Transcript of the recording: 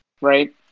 right